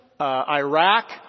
Iraq